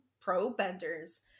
pro-benders